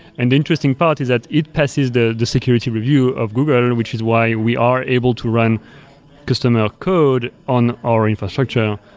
and interesting part is that it passes the the security review of google, and which is why we are able to run customer code on our infrastructure